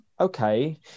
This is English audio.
Okay